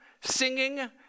singing